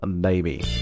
Baby